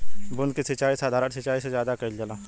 बूंद क सिचाई साधारण सिचाई से ज्यादा कईल जाला